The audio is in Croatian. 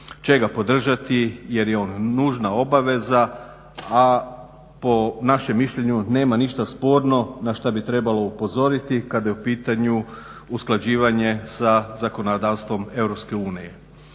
će ga podržati jer je on nužna obaveza a po našem mišljenju nema ništa sporno na šta bi trebalo upozoriti kada je u pitanju usklađivanje sa zakonodavstvom EU.